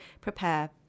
prepare